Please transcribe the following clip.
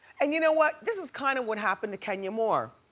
and you know what, this is kind of what happened to kenya moore.